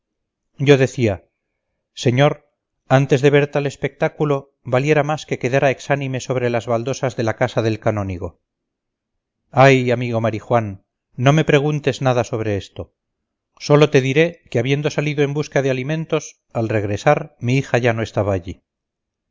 yo decía señor antes de ver tal espectáculo valiera más que quedara exánime sobre las baldosas de la casa del canónigo ay amigo marijuán no me preguntes nada sobre esto sólo te diré que habiendo salido en busca de alimentos al regresar mi hija ya no estaba allí